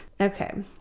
Okay